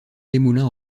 desmoulins